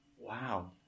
wow